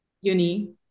uni